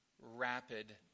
rapid